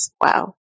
Wow